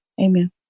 Amen